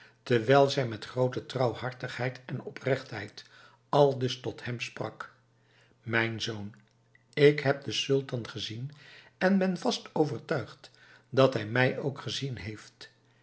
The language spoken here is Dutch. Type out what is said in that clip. terwijl zij met groote trouwhartigheid en oprechtheid aldus tot hem sprak mijn zoon ik heb den sultan gezien en ben vast overtuigd dat hij mij ook gezien heeft